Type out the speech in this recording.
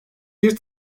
bir